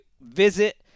visit